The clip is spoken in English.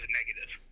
negative